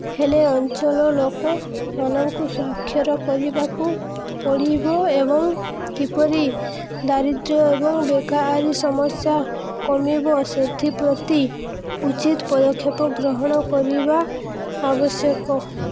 ହେଲେ ଅଞ୍ଚଳ ଲୋକମାନଙ୍କୁ ସ୍ଵାକ୍ଷର କରିବାକୁ ପଡ଼ିବ ଏବଂ କିପରି ଦାରିଦ୍ର୍ୟ ଏବଂ ବେକାରୀ ସମସ୍ୟା କମିବ ସେଥିପ୍ରତି ଉଚିତ୍ ପଦକ୍ଷେପ ଗ୍ରହଣ କରିବା ଆବଶ୍ୟକ